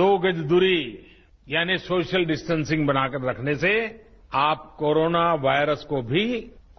दो गज दूरी यानी सोशल डिस्टेंसिंग बनाकर रखने से आप कोरोना वायरस को भी